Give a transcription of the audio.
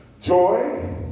joy